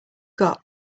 got